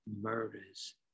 murders